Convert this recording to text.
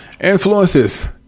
Influences